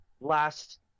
last-